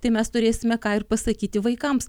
tai mes turėsime ką ir pasakyti vaikams